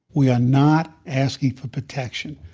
we are not asking for protection,